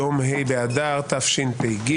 היום ה' באדר התשפ"ג,